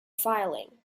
filing